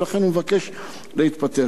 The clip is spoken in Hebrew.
ולכן אני מבקש להתפטר.